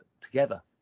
together